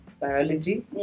biology